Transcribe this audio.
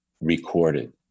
recorded